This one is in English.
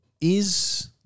is-